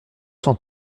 cent